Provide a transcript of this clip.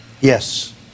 yes